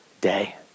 day